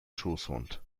schoßhund